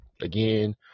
again